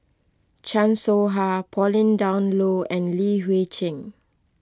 Chan Soh Ha Pauline Dawn Loh and Li Hui Cheng